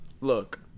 look